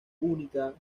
única